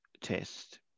test